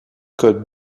code